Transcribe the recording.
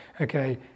okay